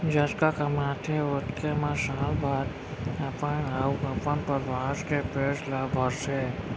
जतका कमाथे ओतके म साल भर अपन अउ अपन परवार के पेट ल भरथे